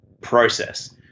process